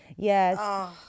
Yes